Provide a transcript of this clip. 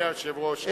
אדוני היושב-ראש,